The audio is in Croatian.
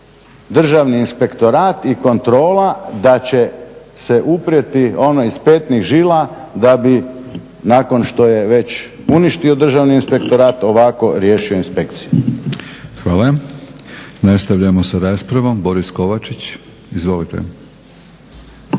Državni inspektorat i kontrola da će se uprijeti ona iz petnih žila da bi nakon što je već uništio Državni inspektorat ovako riješio inspekcije. **Batinić, Milorad (HNS)** Hvala. Nastavljamo sa raspravom, Boris Kovačić. Izvolite.